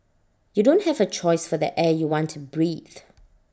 you don't have A choice for the air you want to breathe